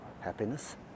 happiness